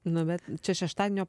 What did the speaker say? nu bet čia šeštadienio